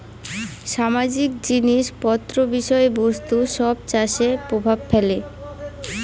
সামাজিক জিনিস পত্র বিষয় বস্তু সব চাষে প্রভাব ফেলে